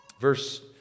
Verse